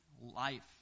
life